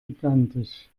gigantisch